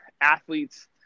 athletes